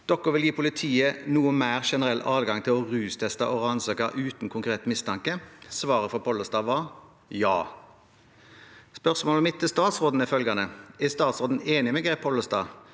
«Dere vil gi politiet noe mer generell adgang til å rusteste og ransake uten konkret mistanke?» Svaret fra Pollestad var: «Ja.» Spørsmålet mitt til statsråden er følgende: Er statsråden enig med Geir Pollestad